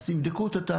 אז תבדקו את זה.